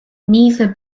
neither